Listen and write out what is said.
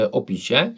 opisie